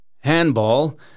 Handball